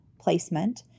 placement